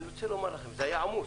אני רוצה לומר לכם שזה היה עמוס,